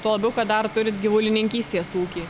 tuo labiau kad dar turit gyvulininkystės ūkį